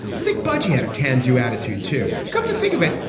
i think budgie had a can do attitude to come to think of it,